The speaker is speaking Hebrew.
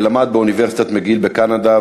שלמד באוניברסיטת "מקגיל" בקנדה,